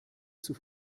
zur